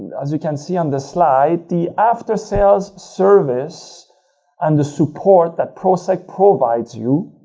as you can see on the slide, the after sales service and the support that proceq provides you